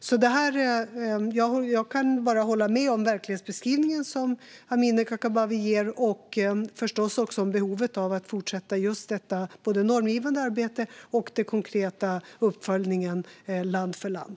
Jag kan alltså bara hålla med om den verklighetsbeskrivning som Amineh Kakabaveh ger och förstås också om behovet av att fortsätta både det normgivande arbetet och den konkreta uppföljningen land för land.